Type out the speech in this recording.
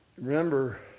Remember